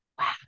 wow